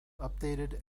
updated